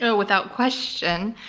so without question.